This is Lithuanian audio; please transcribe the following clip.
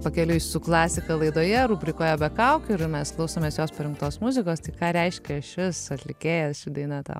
pakeliui su klasika laidoje rubrikoje be kaukių ir mes klausomės jos parinktos muzikos tai ką reiškia šis atlikėjas ši daina tau